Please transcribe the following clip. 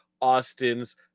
Austin's